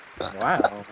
Wow